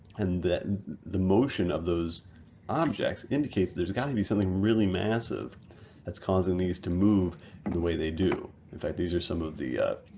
and the the motion of those objects indicates there's got to be something really massive that's causing these to move in the way they do. in fact these are some of the